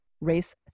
Race